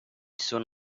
soon